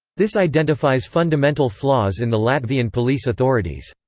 this identifies fundamental flaws in the latvian police authorities.